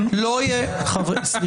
אין שום בעיה שהוא לא יהיה בספר החוקים של